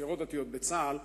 צעירות דתיות לצה"ל,